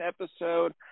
episode